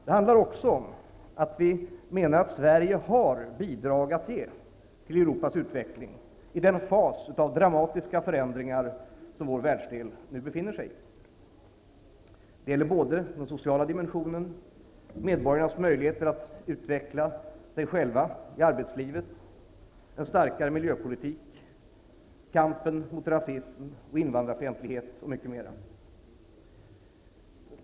Det handlar också om att vi menar att Sverige har bidrag att ge till Europas utveckling i den fas av dramatiska förändringar som vår världsdel nu befinner sig i. Det gäller den sociala dimensionen, medborgarnas möjligheter att utveckla sig själva i arbetslivet, en starkare miljöpolitik, kampen mot rasism och invandrarfientlighet och mycket mer.